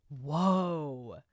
Whoa